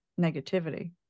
negativity